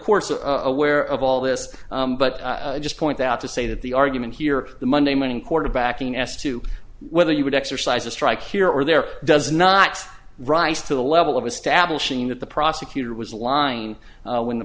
course of a where of all this but i just point out to say that the argument here the monday morning quarterbacking as to whether you would exercise a strike here or there does not rise to the level of establishing that the prosecutor was lying when the